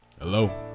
Hello